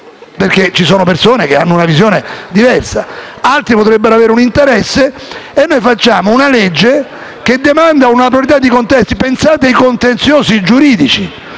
(perché ci sono persone che hanno una visione diversa), altri potrebbero avere un interesse e noi facciamo una legge che demanda a una pluralità di contesti: pensate ai contenziosi giuridici